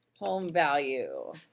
home value.